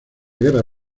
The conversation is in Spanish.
guerra